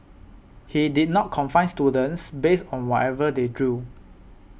he did not confine students based on whatever they drew